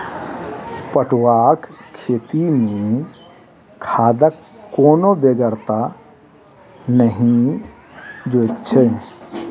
पटुआक खेती मे खादक कोनो बेगरता नहि जोइत छै